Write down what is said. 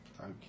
okay